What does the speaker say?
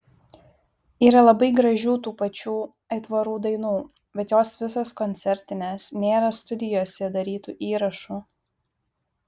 yra labai gražių tų pačių aitvarų dainų bet jos visos koncertinės nėra studijose darytų įrašų